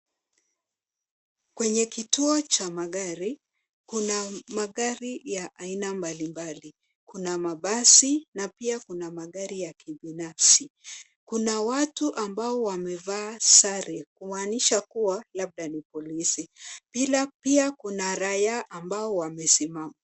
Kwenye kituo cha magari kuna magari ya aina mbalimbali. Kuna mabasi na pia kuna magari ya kibinafsi. Kuna watu ambao wamevaa sare kumaanisha kuwa labda kuwa ni polisi, ila pia kuna raia ambao wamesimama.